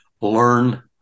learn